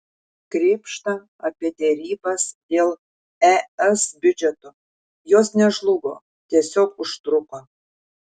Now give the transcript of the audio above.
krėpšta apie derybas dėl es biudžeto jos nežlugo tiesiog užtruko